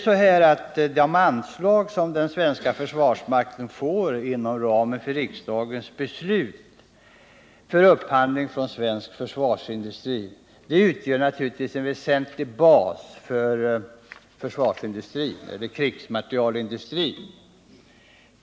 Det anslag som den svenska försvarsmakten får inom ramen för riksdagens beslut för upphandling från svensk försvarsindustri utgör givetvis en väsentlig bas för krigsmaterielindustrin.